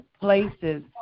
Places